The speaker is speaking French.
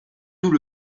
nous